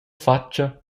fatga